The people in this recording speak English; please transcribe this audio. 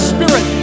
Spirit